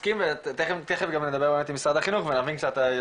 מסכים ותכף גם נדבר עם משאד החינוך ונבין קצת יותר